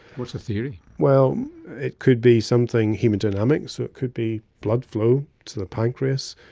what's the theory? well, it could be something haemodynamic, so it could be blood flow to the pancreas,